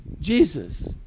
Jesus